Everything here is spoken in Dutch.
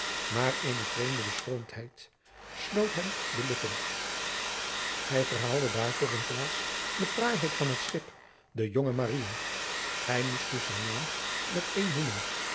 maar eene vreemde beschroomdheid sloot hem de lippen hij verhaalde daarvoor in plaats de fraaiheid van het schip de jonge maria hij moest dus haar naam met een noemen